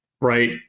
right